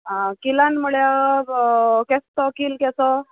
आ किलान म्हळ्यार केसो किल केसो